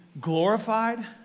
glorified